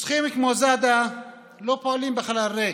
רוצחים כמו זאדה לא פועלים בחלל ריק.